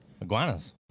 Iguanas